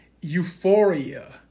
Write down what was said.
euphoria